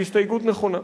שהיא הסתייגות נכונה.